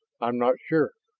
i'm not sure.